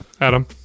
Adam